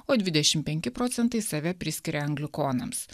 o dvidešim penki procentai save priskiria anglikonams